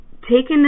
taking